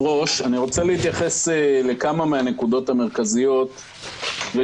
אני רוצה להתייחס לכמה מהנקודות: אנחנו,